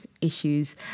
issues